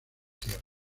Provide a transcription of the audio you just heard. tierra